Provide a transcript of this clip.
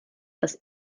dass